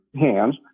hands